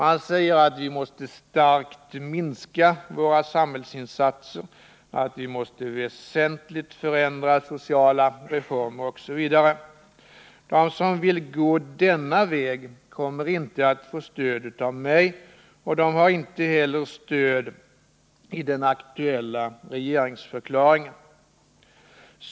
Man säger att vi starkt måste minska våra samhällsinsatser, väsentligt förändra sociala reformer osv. De som vill gå denna väg kommer inte att få stöd av mig, och de har inte heller stöd i den aktuella regeringsförklaringen.